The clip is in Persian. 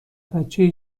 بچه